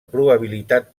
probabilitat